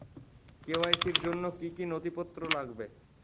KYC র জন্য কি কি নথিপত্র লাগবে?